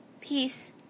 Peace